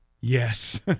Yes